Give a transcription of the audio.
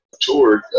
toured